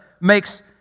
makes